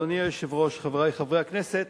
אדוני היושב-ראש, חברי חברי הכנסת,